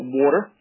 water